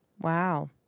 Wow